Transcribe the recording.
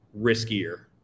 riskier